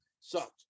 sucked